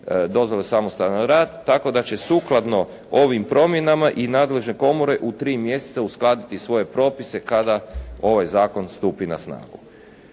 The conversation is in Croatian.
dozvole za samostalan rad tako da će sukladno ovim promjenama i nadležne komore u tri mjeseca uskladiti svoje propise kada ovaj zakon stupi na snagu.